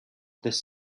this